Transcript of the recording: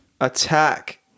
attack